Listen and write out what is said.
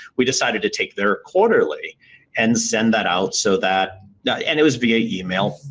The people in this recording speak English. we decided to take their quarterly and send that out so that and it was via email